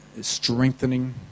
strengthening